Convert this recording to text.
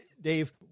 Dave